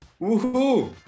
Woohoo